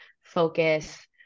focus